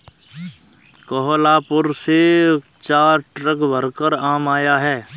कोहलापुर से चार ट्रक भरकर आम आया है